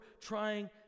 trying